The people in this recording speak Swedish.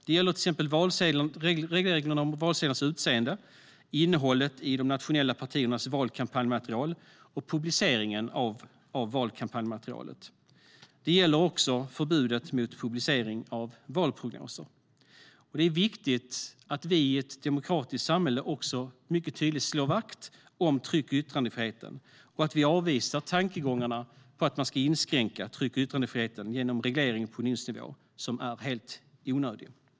Det gäller till exempel regleringen av valsedlarnas utseende, innehållet i de nationella partiernas valkampanjmaterial och publiceringen av valkampanjmaterialet. Det gäller också förbudet mot publicering av valprognoser. Det är viktigt att vi i ett demokratiskt samhälle mycket tydligt slår vakt om tryck och yttrandefriheten och att vi avvisar tankegångarna på att man ska inskränka tryck och yttrandefriheten genom reglering på unionsnivå som är helt onödig.